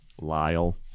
Lyle